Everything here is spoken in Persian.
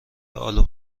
آلو